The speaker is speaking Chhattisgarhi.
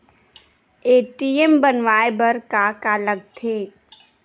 ए.टी.एम बनवाय बर का का लगथे?